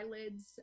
eyelids